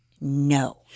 no